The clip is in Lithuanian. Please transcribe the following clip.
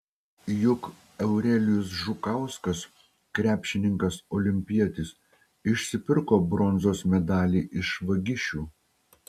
juk eurelijus žukauskas krepšininkas olimpietis išsipirko bronzos medalį iš vagišių